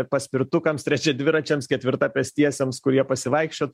paspirtukams trečia dviračiams ketvirta pėstiesiems kurie pasivaikščiot